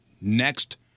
Next